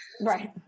Right